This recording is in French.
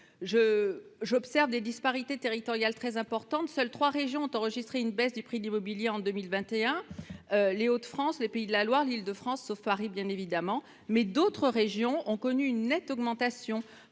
observer des disparités territoriales importantes. Seules trois régions ont enregistré une baisse du prix de l'immobilier en 2021 : les Hauts-de-France, les Pays de la Loire et l'Île-de-France, hors Paris. En revanche, d'autres régions ont connu une nette augmentation.